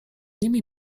nimi